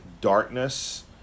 darkness